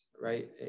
right